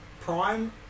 prime